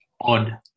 odd